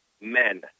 men